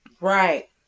Right